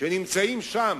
כשנמצאים שם,